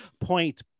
point